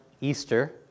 Easter